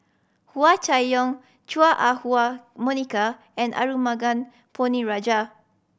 Hua Chai Yong Chua Ah Huwa Monica and Arumugam Ponnu Rajah